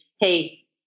Hey